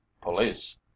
Police